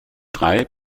drei